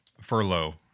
furlough